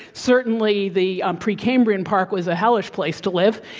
certainly, the um precambrian park was a hellish place to live.